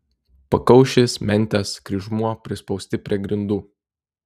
pakaušis mentės kryžmuo prispausti prie grindų